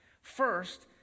First